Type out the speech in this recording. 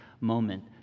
moment